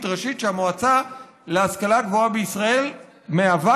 ראשית שהמועצה להשכלה גבוהה בישראל היא,